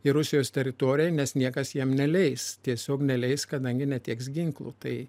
įrusijos teritoriją nes niekas jiem neleis tiesiog neleis kadangi netieks ginklų tai